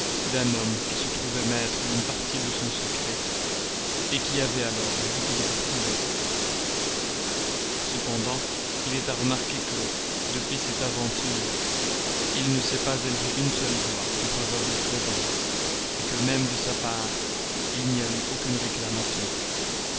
d'un homme qui se trouvait maître d'une partie de son secret qui avait alors beaucoup de partisans cependant il est à remarquer que depuis cette aventure il ne s'est pas élevé une seule voix en faveur de prévan que même de sa part il n'y a eu aucune réclamation